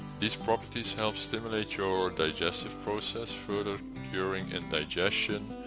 these properties help stimulate your digestive process further during indigestion,